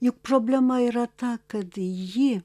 juk problema yra ta kad ji